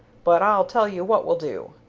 but i'll tell you what we'll do.